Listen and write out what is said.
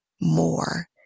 more